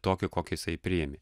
tokį kokį jisai priėmė